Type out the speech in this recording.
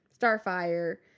Starfire